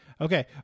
Okay